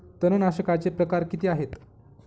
तणनाशकाचे प्रकार किती आहेत?